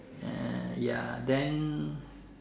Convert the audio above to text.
err ya then